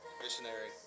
Missionary